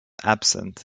absent